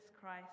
Christ